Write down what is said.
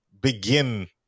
begin